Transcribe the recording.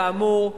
כאמור,